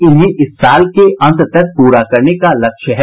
इन्हें इस साल के अन्त तक पूरा करने का लक्ष्य है